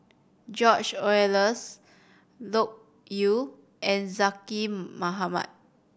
George Oehlers Loke Yew and Zaqy Mohamad